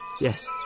Yes